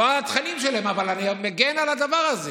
לא על התכנים שלהם, אבל אני מגן על הדבר הזה.